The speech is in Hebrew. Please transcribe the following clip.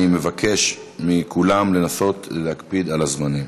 אני מבקש מכולם לנסות להקפיד על הזמנים.